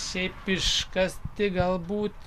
šiaip iškasti galbūt